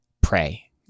pray